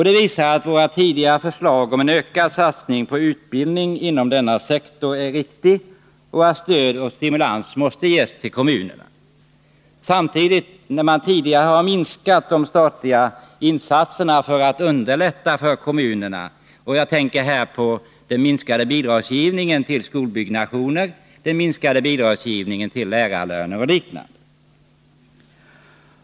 Det visar att våra tidigare förslag om en ökad satsning på utbildning inom denna sektor har varit riktiga och att stöd och stimulans måste ges till kommunerna. Man har ju tidigare minskat de statliga insatserna för att underlätta för kommunerna; jag tänker här på den minskade bidragsgivningen till skolbyggnationer, lärarlöner och liknande.